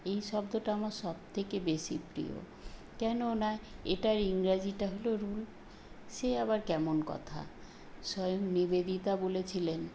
এই শব্দটা আমার সবথেকে বেশি প্রিয় কেননা এটার ইংরাজিটা হল রুল সে আবার কেমন কথা স্বয়ং নিবেদিতা বলেছিলেন